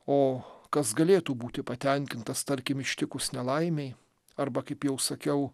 o kas galėtų būti patenkintas tarkim ištikus nelaimei arba kaip jau sakiau